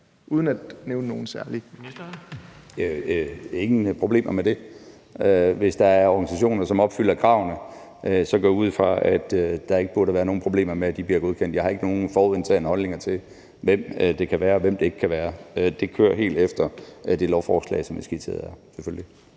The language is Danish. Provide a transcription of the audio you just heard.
(Morten Bødskov): Der er ingen problemer med det. Hvis der er organisationer, som opfylder kravene, går jeg ud fra, at der ikke burde være nogen problemer med, at de bliver godkendt. Jeg har ikke nogen forudindtagede holdninger til, hvem det kan være, og hvem det ikke kan være. Det kører helt efter det lovforslag, som er skitseret